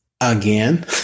again